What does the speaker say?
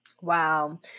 Wow